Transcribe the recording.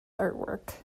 artwork